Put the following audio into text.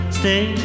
stay